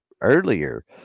Earlier